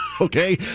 okay